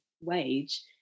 wage